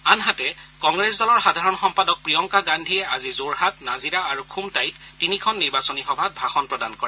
আনহাতে কংগ্ৰেছ দলৰ সাধাৰণ সম্পাদক প্ৰিয়ংকা গান্ধীয়ে আজি যোৰহাট নাজিৰা আৰু খুমটাইত তিনিখন নিৰ্বাচনী সভাত ভাষণ প্ৰদান কৰে